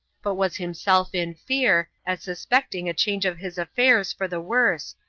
but was himself in fear, as suspecting a change of his affairs for the worse,